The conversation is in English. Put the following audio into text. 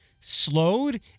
slowed